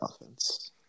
offense